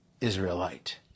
Israelite